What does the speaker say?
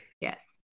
Yes